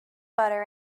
butter